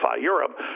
Europe